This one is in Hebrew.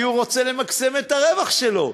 כי הוא רוצה למקסם את הרווח שלו,